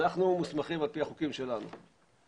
אנחנו מוסמכים על פי החוקים שלנו --- לא,